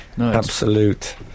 Absolute